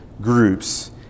groups